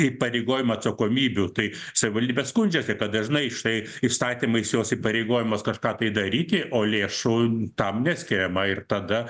įpareigojimų atsakomybių tai savivaldybės skundžiasi kad dažnai štai įstatymais jos įpareigojamos kažką tai daryti o lėšų tam neskiriama ir tada